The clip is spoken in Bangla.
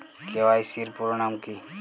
কে.ওয়াই.সি এর পুরোনাম কী?